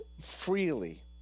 freely